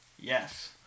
Yes